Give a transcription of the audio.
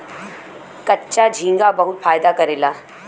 कच्चा झींगा बहुत फायदा करेला